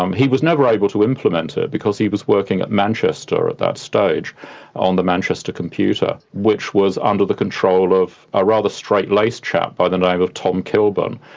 um he was never able to implement it because he was working at manchester at that stage on the manchester computer, which was under the control of a rather straight-laced chap by the name of tom kilburn,